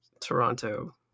Toronto